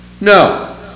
no